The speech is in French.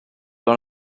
dans